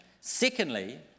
Secondly